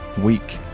week